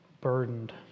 burdened